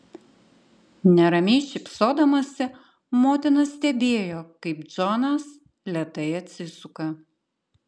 neramiai šypsodamasi motina stebėjo kaip džonas lėtai atsisuka